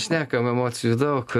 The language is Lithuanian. šnekam emocijų daug